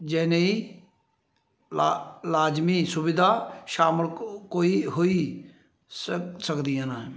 जनेही ला लाजमी सुविधा शामल कोई होई सक सकदियां न